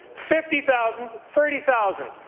fifty thousand, thirty thousand.